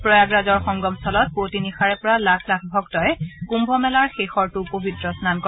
প্ৰয়াগৰাজৰ সংগম স্থলত পুৱতি নিশাৰে পৰা লাখ লাখ ভক্তই কুম্ভমেলাৰ শেষৰটো পবিত্ৰ স্নান কৰে